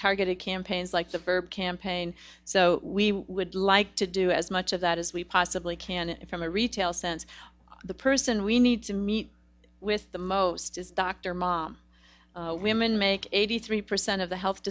targeted campaigns like the verb campaign so we would like to do as much of that as we possibly can from a retail sense the person we need to meet with the most doctor mom women make eighty three percent of the health